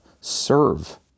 Serve